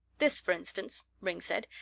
this, for instance, ringg said.